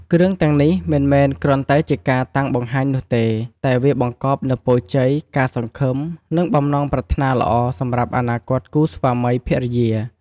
គ្រឿងទាំងនេះមិនមែនគ្រាន់តែជាការតាំងបង្ហាញនោះទេ តែវាបង្កប់នូវពរជ័យ ការសង្ឃឹម និងបំណងប្រាថ្នាល្អសម្រាប់អនាគតគូស្វាមីភរិយា។